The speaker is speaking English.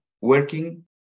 working